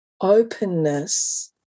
openness